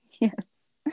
Yes